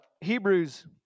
Hebrews